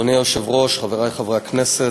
אדוני היושב-ראש, חברי חברי הכנסת,